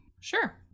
sure